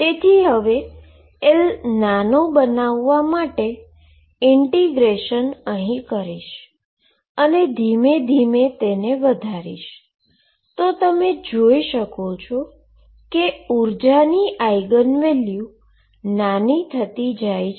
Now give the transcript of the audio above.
તેથી હવે L નાનો બનાવવા માટે ઈન્ટીગ્રેશન કરીશ અને ધીમે ધીમે તેને વધારીશ તો તમે જોઈ શકશો કે ઉર્જાની આઈગન વેલ્યુનાની થતી જાય છે